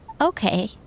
Okay